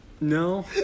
No